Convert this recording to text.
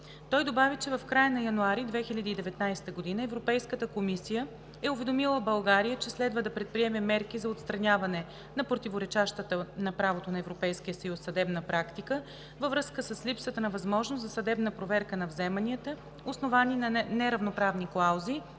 Той добави, че в края на месец януари 2019 г. Европейската комисия е уведомила България, че следва да предприеме мерки за отстраняване на противоречащата на правото на Европейския съюз съдебна практика във връзка с липсата на възможност за съдебна проверка на вземанията, основани на неравноправни клаузи